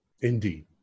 Indeed